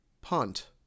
punt